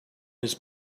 his